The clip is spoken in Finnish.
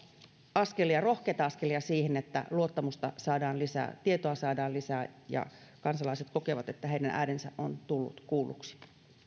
rohkeita askelia siihen että luottamusta saadaan lisää ja tietoa saadaan lisää ja kansalaiset kokevat että heidän äänensä on tullut kuulluksi